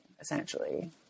essentially